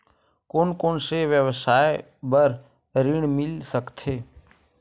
कोन कोन से व्यवसाय बर ऋण मिल सकथे?